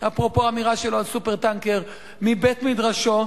אפרופו האמירה שלו על "סופר-טנקר" מבית-מדרשו,